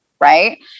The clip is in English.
right